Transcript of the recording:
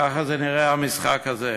ככה זה נראה, המשחק הזה.